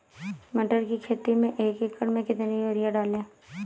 मटर की खेती में एक एकड़ में कितनी यूरिया डालें?